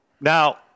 Now